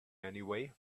anyway